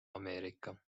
ameerika